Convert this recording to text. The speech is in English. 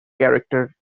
character